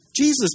Jesus